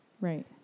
Right